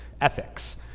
ethics